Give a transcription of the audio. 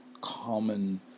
common